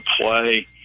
play